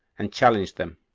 and challenged them,